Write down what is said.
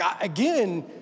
again